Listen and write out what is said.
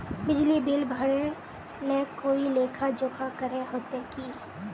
बिजली बिल भरे ले कोई लेखा जोखा करे होते की?